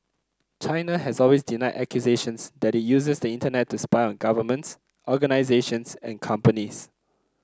China has always denied accusations that it uses the Internet to spy on governments organisations and companies